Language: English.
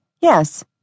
Yes